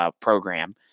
program